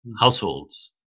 Households